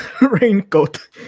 raincoat